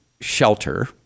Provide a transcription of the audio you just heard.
shelter